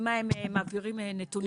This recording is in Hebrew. מה, הם מעבירים נתונים מהאוויר?